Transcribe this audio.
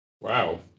wow